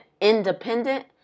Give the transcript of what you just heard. independent